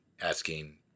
asking